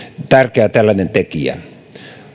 tärkeä tällainen tekijä